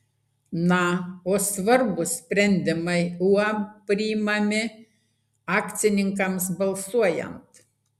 na o svarbūs sprendimai uab priimami akcininkams balsuojant